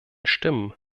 stimmen